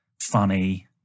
funny